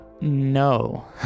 No